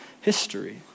history